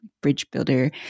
bridge-builder